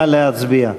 נא להצביע.